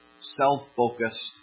self-focused